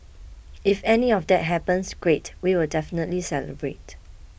if any of that happens great we will definitely celebrate